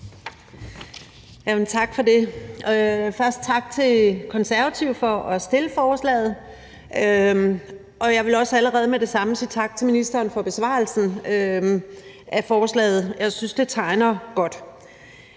tak for det. Og først tak til De Konservative for at fremsætte forslaget, og jeg vil også allerede sige tak til ministeren for modtagelsen af forslaget. Jeg synes, det tegner godt.